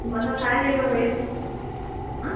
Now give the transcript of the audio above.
तुम्हाला काय रेट हवे आहेत